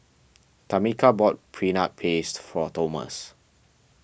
Tamica bought Peanut Paste for Tomas